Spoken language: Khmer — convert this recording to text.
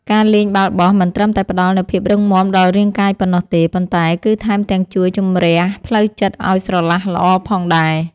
ការលេងបាល់បោះមិនត្រឹមតែផ្ដល់នូវភាពរឹងមាំដល់រាងកាយប៉ុណ្ណោះទេ ប៉ុន្តែគឺថែមទាំងជួយជម្រះផ្លូវចិត្តឱ្យស្រឡះល្អផងដែរ។